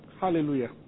Hallelujah